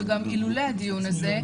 שגם אילולא הדיון הזה,